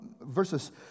verses